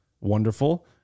Wonderful